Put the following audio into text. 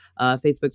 Facebook